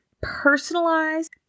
personalized